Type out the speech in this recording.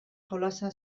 jolasa